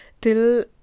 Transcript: till